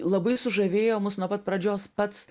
labai sužavėjo mus nuo pat pradžios pats